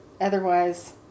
otherwise